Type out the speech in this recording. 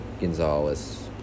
Gonzalez